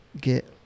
get